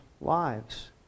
lives